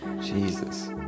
jesus